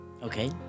Okay